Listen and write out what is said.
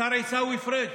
השר עיסאווי פריג',